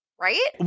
right